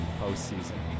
postseason